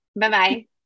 Bye-bye